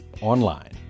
online